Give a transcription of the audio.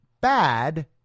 bad